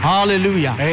Hallelujah